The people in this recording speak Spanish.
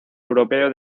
europeo